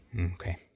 Okay